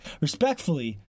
respectfully